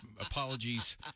apologies